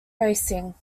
racing